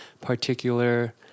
particular